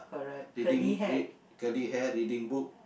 reading read curly hair reading book